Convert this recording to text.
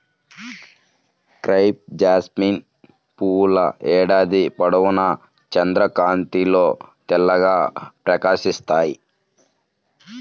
crepe jasmine పువ్వుల ఏడాది పొడవునా చంద్రకాంతిలో తెల్లగా ప్రకాశిస్తాయి